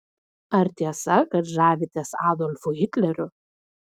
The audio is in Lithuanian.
ar tiesa kad žavitės adolfu hitleriu